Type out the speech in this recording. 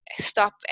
stop